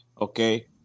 Okay